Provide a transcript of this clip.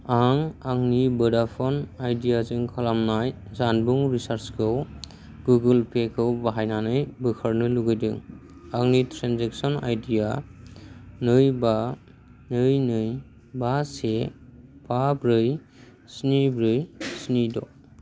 आं आंनि भडाफन आइडिया जों खालामनाय जानबुं रिचार्जखौ गुगोल पे खौ बाहायनानै बोखारनो लुगैदों आंनि ट्रेन्जेकसन आइडि आ नै बा नै नै बा से बा ब्रै स्नि ब्रै स्नि द'